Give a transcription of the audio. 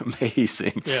amazing